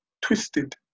twisted